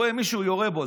רואה מישהו ויורה בו.